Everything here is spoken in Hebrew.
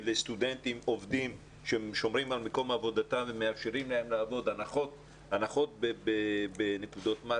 ולסטודנטים עובדים ששומרים על מקום עבודתם ניתנות הנחות בנקודות מס